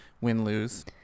win-lose